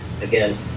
again